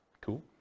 Cool